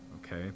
okay